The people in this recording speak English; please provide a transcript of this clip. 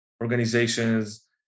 organizations